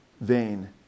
vain